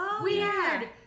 Weird